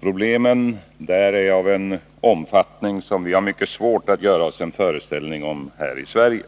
Problemen är av en omfattning som vi har mycket svårt att göra oss en föreställning om här i Sverige.